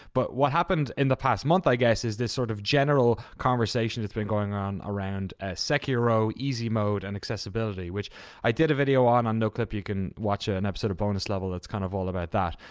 but what happened in the past month i guess is this sort of general conversation that's been going on around sekiro easy mode and accessibility, which i did a video on on noclip. you can watch an episode of bonus level that's kind of all about that.